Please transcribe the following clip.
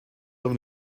have